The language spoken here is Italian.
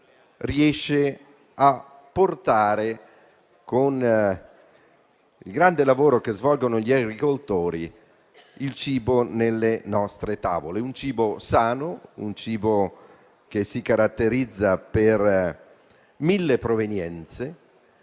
di portare, con il grande lavoro che svolgono gli agricoltori, il cibo sulle nostre tavole: un cibo sano, un cibo che si caratterizza per mille provenienze,